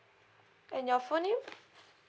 and your full name